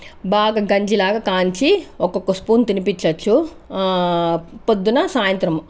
బాగా గంజి లాగా కాంచి ఒక్కొక్క స్పూను తినిపించవచ్చు పొద్దున్న సాయంత్రం